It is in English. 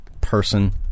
person